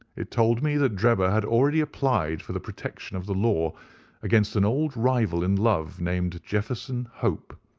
it told me that drebber had already applied for the protection of the law against an old rival in love, named jefferson hope,